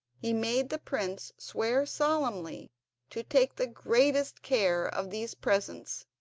he made the prince swear solemnly to take the greatest care of these presents,